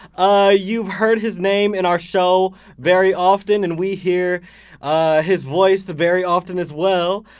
ah you've heard his name in our show very often and we hear ah his voice very often as well.